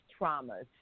traumas